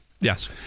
yes